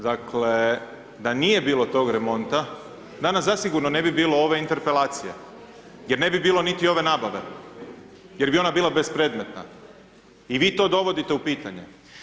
Dakle da nije bilo tog remonta danas zasigurno ne bi bilo ove Interpelacije je ne bi bilo niti ove nabave, jer bi ona bila bespredmetna i vi to dovodite u pitanje.